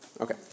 Okay